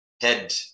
head